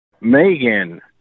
Megan